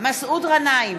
מסעוד גנאים,